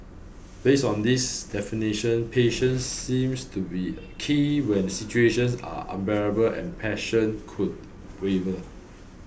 based on these definitions patience seems to be a key when situations are unbearable and passion could waver